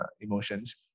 emotions